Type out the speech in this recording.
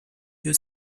new